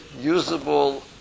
usable